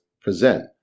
present